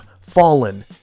Fallen